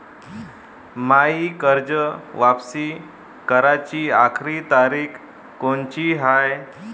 मायी कर्ज वापिस कराची आखरी तारीख कोनची हाय?